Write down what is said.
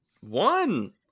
one